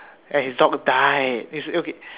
and his dog died its okay